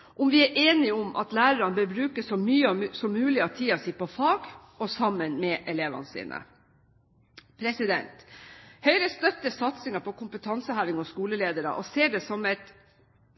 om vi er enige om at lærerne bør bruke så mye som mulig av tiden sin på fag og sammen med elevene sine. Høyre støtter satsingen på kompetanseheving hos skoleledere og ser det som et